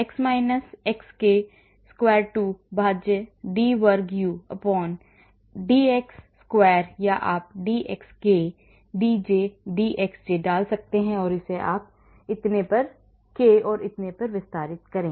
x xk वर्ग 2 भाज्य d वर्ग U dx वर्ग या आप dxk dxj डाल सकते हैं इसे k और इतने पर विस्तारित करें